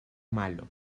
malo